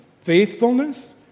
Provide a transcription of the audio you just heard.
faithfulness